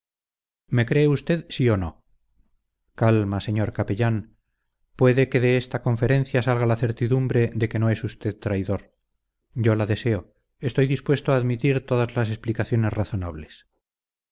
me cree usted sí o no calma señor capellán puede que de esta conferencia salga la certidumbre de que no es usted traidor yo la deseo estoy dispuesto a admitir todas las explicaciones razonables